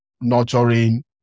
nurturing